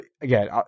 again